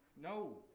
No